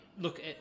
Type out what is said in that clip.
Look